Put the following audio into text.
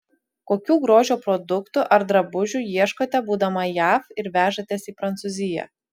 kokių grožio produktų ar drabužių ieškote būdama jav ir vežatės į prancūziją